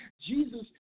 Jesus